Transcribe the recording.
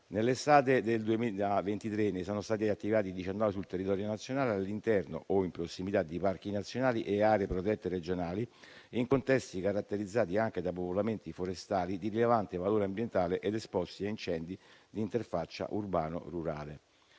Nell'estate del 2023 ne sono stati attivati 19 sul territorio nazionale, all'interno o in prossimità di parchi nazionali e aree protette regionali, in contesti caratterizzati anche da popolamenti forestali di rilevante valore ambientale ed esposti a incendi di interfaccia urbano-rurale.